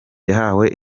yahawe